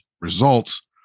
results